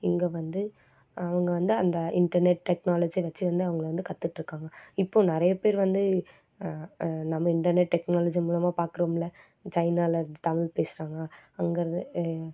இங்கே வந்து அவங்க வந்து அந்த இன்டர்நெட் டெக்னாலஜியை வெச்சு வந்து அவங்கள வந்து கற்றுட்ருக்காங்க இப்போது நிறைய பேர் வந்து நம்ம இன்டர்நெட் டெக்னாலஜி மூலமாக பார்க்கறோம்ல சைனாவில் தமிழ் பேசுகிறாங்க அங்கேருந்து